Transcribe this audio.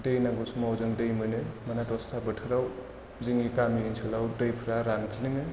दै नांगौ समाव जों दै मोनो मानोना दस्रा बोथोराव जोंनि गामि ओनसोलाव दैफोरा रानज्लिंङो